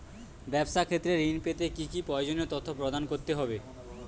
ব্যাবসা ক্ষেত্রে ঋণ পেতে কি কি প্রয়োজনীয় তথ্য প্রদান করতে হবে?